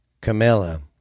Camilla